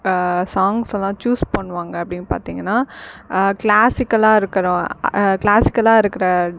songs எல்லாம் choose பண்ணுவாங்க அப்படின்னு பார்த்தீங்கன்னா கிளாசிக்கலாக இருக்கிற கிளாசிக்கல இருக்கற